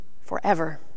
forever